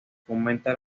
fomenta